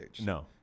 No